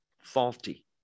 faulty